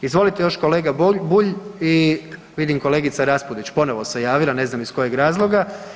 Izvolite još kolega Bulj i vidim kolegica Raspudić ponovo se javila, ne znam iz kojeg razloga.